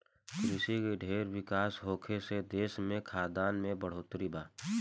कृषि के ढेर विकास होखे से देश के खाद्यान में बढ़ोतरी बा